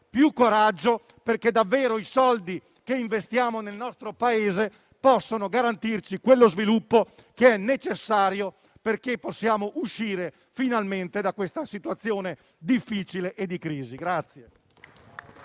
più coraggio, perché davvero i soldi che investiamo nel nostro Paese possano garantirci quello sviluppo necessario affinché possiamo uscire finalmente da questa difficile situazione di crisi.